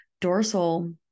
dorsal